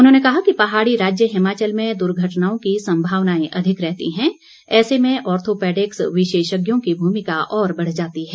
उन्होंने कहा कि पहाड़ी राज्य हिमाचल में दुर्घटनाओं की संभावनाएं अधिक रहती हैं ऐसे में ऑर्थोपेडिक्स विशेषज्ञों की भूमिका और बढ़ जाती है